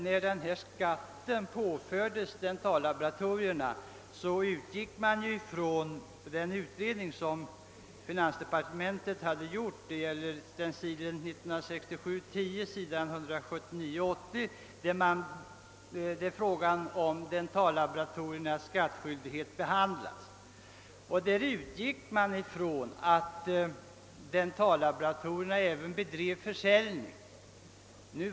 När denna skatt påfördes dentalarbetena, så grundades beslutet på det förslag som den av finansdepartementet tillsatta utredningen hade framlagt — stencil 1967:10, s. 179—180, där frågan om dentallaboratoriernas skattskyldighet behandlades. Man utgick därvid ifrån att dentallaboratorierna bedrev försäljning.